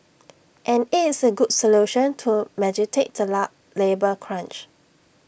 and IT is A good solution to the labour crunch